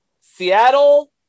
Seattle